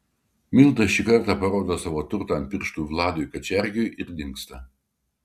milda šį kartą parodo savo turtą ant pirštų vladui kačergiui ir dingsta